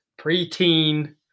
preteen